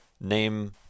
name